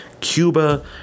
Cuba